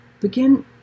Begin